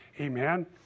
amen